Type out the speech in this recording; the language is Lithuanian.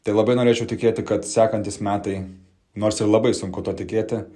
tai labai norėčiau tikėti kad sekantys metai nors ir labai sunku tuo tikėti